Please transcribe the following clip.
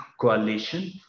coalition